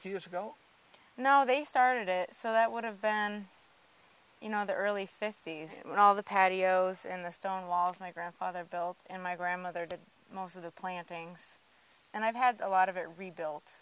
two years ago now they started it so that would have been you know the early fifty's when all the patios and the stone walls my grandfather built and my grandmother did most of the plantings and i've had a lot of it rebuilt